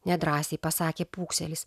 nedrąsiai pasakė pūkselis